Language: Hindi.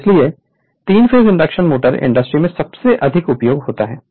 इसलिए 3 फेस इंडक्शन मोटर इंडस्ट्री में सबसे अधिक उपयोग होता है